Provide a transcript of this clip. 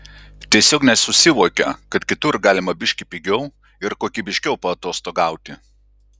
tiesiog nesusivokia kad kitur galima biški pigiau ir kokybiškiau paatostogauti